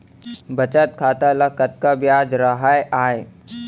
बचत खाता ल कतका ब्याज राहय आय?